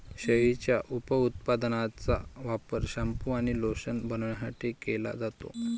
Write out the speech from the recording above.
शेळीच्या उपउत्पादनांचा वापर शॅम्पू आणि लोशन बनवण्यासाठी केला जातो